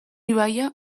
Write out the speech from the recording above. ibaia